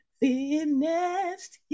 finished